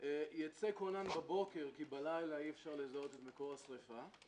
ייצא כונן בבוקר כי בלילה אי-אפשר לזהות את מקור השריפה;